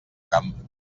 camp